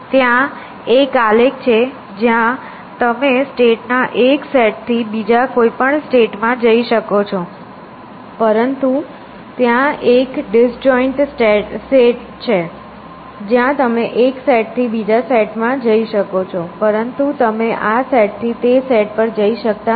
ત્યાં એક આલેખ છે જ્યાં તમે સ્ટેટ ના એક સેટ થી બીજા કોઈપણ સ્ટેટ માં જઈ શકો છો પરંતુ ત્યાં એક ડિસજૉઇન્ટ સેટ છે જ્યાં તમે એક સેટ થી બીજા સેટ માં જઈ શકો છો પરંતુ તમે આ સેટ થી તે સેટ પર જઈ શકતા નથી